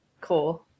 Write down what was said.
Cool